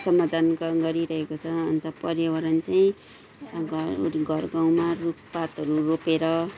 समाधान काम गरिरहेको छ अन्त पर्यावरण चाहिँ घर वर घर गाउँमा रुखपातहरू रोपेर